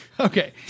Okay